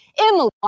Emily